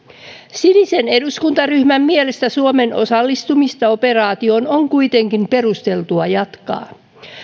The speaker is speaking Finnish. sinisen eduskuntaryhmän mielestä suomen osallistumista operaatioon on kuitenkin perusteltua jatkaa